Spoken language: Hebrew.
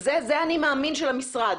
זה האני מאמין של המשרד,